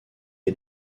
est